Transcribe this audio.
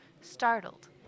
startled